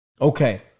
okay